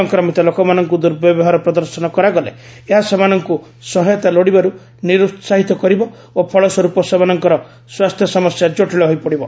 ସଂକ୍ରମିତ ଲୋକମାନଙ୍କୁ ଦୁର୍ବ୍ୟବହାର ପ୍ରଦର୍ଶନ କରାଗଲେ ଏହା ସେମାନଙ୍କୁ ସହାୟତା ଲୋଡ଼ିବାରୁ ନିରୁସାହିତ କରିବ ଓ ଫଳ ସ୍ୱରୂପ ସେମାନଙ୍କର ସ୍ୱାସ୍ଥ୍ୟ ସମସ୍ୟା କଟିଳ ହୋଇପଡ଼ିବ